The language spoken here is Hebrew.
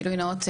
גילוי נאות,